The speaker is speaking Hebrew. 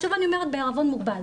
שוב אני אומרת בערבון מוגבל,